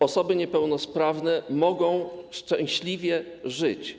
Osoby niepełnosprawne mogą szczęśliwie żyć.